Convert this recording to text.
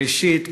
ראשית,